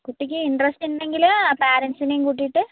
കുട്ടിക്ക് ഇൻട്രസ്റ്റ് ഉണ്ടെങ്കിൽ പാരൻ്റ്സിനേയും കൂട്ടിയിട്ട്